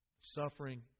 suffering